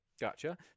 Gotcha